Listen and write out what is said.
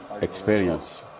experience